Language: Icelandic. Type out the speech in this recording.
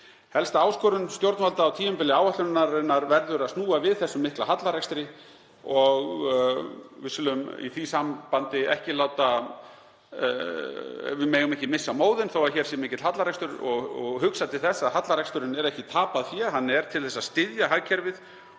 Helsta áskorun stjórnvalda á tímabili áætlunarinnar verður að snúa við þessum mikla hallarekstri. Við megum ekki missa móðinn þótt hér sé mikill hallarekstur og hugsa til þess að hallareksturinn er ekki tapað fé. Hann er til þess að styðja hagkerfið